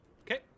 Okay